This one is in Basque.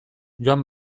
joan